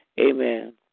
Amen